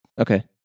Okay